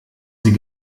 sie